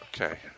Okay